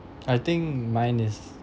I think mine is